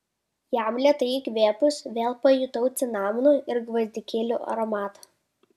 jam lėtai įkvėpus vėl pajutau cinamono ir gvazdikėlių aromatą